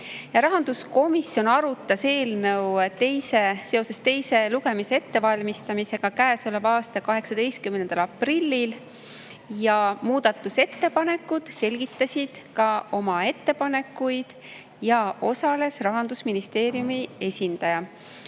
Rahanduskomisjon arutas eelnõu seoses teise lugemise ettevalmistamisega käesoleva aasta 18. aprillil, muudatusettepanekute esitajad selgitasid oma ettepanekuid ja osales ka Rahandusministeeriumi esindaja.